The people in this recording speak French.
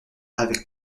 avec